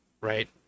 right